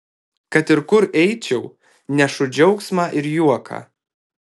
kad ir kur eičiau nešu džiaugsmą ir juoką